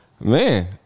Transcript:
Man